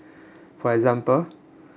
for example